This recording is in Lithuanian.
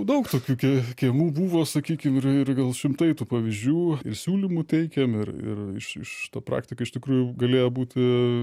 daug tokių kie kiemų buvo sakykim ir ir gal šimtai tų pavyzdžių ir siūlymų teikėm ir ir iš iš to praktika iš tikrųjų galėjo būti